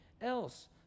else